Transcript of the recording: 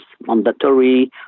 mandatory